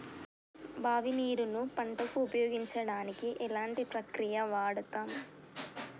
బావి నీరు ను పంట కు ఉపయోగించడానికి ఎలాంటి ప్రక్రియ వాడుతం?